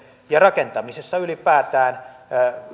ja rakentamisessa ylipäätään